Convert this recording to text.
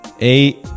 Eight